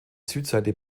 südseite